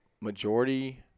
majority